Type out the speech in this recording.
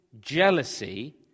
jealousy